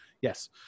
yes